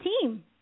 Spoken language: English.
team